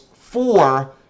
four